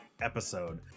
episode